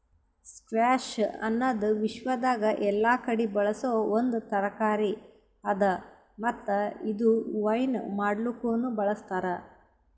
squash ಅನದ್ ವಿಶ್ವದಾಗ್ ಎಲ್ಲಾ ಕಡಿ ಬೆಳಸೋ ಒಂದ್ ತರಕಾರಿ ಅದಾ ಮತ್ತ ಇದು ವೈನ್ ಮಾಡ್ಲುಕನು ಬಳ್ಸತಾರ್